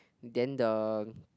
then the